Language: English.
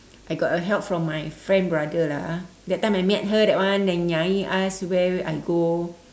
I got a help from my friend brother lah that time I met her that one yang nyai ask where I go